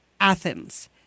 Athens